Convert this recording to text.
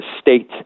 state